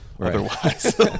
otherwise